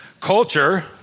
culture